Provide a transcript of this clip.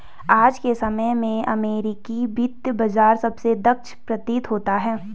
आज के समय में अमेरिकी वित्त बाजार सबसे दक्ष प्रतीत होता है